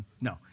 No